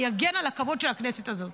אני אגן על הכבוד של הכנסת הזאת.